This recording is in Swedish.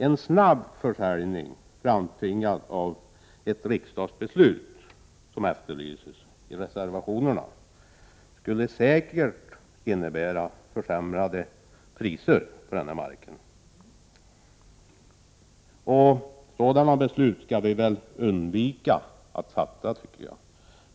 En snabb försäljning framtvingad av ett riksdagsbeslut, som efterlyses i reservationerna, skulle säkert innebära försämrade priser på denna mark. Sådana beslut skall vi väl undvika att fatta.